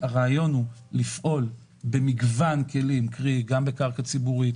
הרעיון הוא לפעול במגוון כלים - גם בקרקע ציבורית,